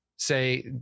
Say